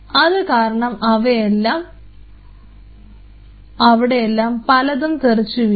അത് കാരണം അവിടെയെല്ലാം പലതും തെറിച്ചു വീഴും